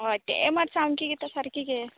होय तें मात सामकें कितें सारकें गे